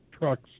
trucks